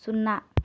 సున్నా